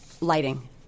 lighting